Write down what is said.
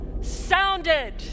sounded